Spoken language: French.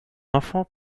enfant